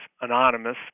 anonymous